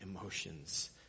emotions